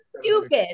stupid